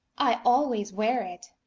i always wear it.